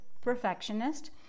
perfectionist